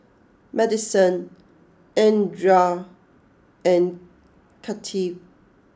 Maddison Andrae and Kathi